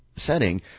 setting